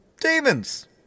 demons